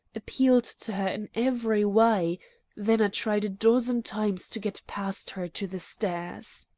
appealed to her in every way then i tried a dozen times to get past her to the stairs.